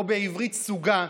או בעברית סוגה,